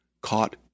caught